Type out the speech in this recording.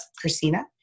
Christina